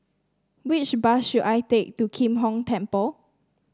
which bus should I take to Kim Hong Temple